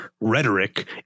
rhetoric